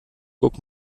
guck